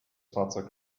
fahrzeug